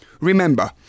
Remember